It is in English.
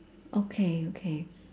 okay okay